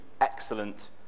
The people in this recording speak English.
excellent